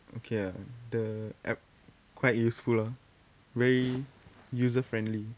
okay ah the app quite useful lah very user friendly